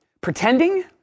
pretending